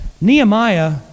Nehemiah